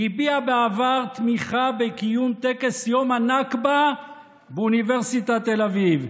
הביע בעבר תמיכה בקיום טקס יום הנכבה באוניברסיטת תל אביב,